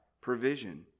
provision